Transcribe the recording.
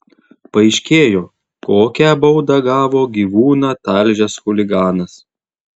paaiškėjo kokią baudą gavo gyvūną talžęs chuliganas